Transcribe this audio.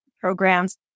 programs